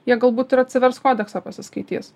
jie galbūt ir atsivers kodeksą pasiskaitys